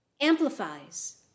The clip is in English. amplifies